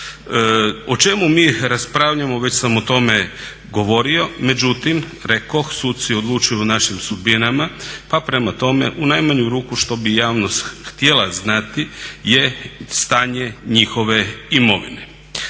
O čemu mi raspravljamo, već sam o tome govorio, međutim rekoh suci odlučuju o našim sudbinama pa prema tome u najmanju ruku što bi javnost htjela znati je stanje njihove imovine.